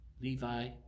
Levi